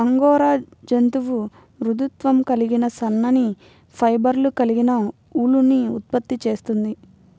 angora జంతువు మృదుత్వం కలిగిన సన్నని ఫైబర్లు కలిగిన ఊలుని ఉత్పత్తి చేస్తుంది